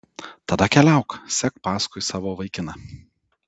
tada keliauk sek paskui savo vaikiną